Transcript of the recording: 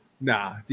nah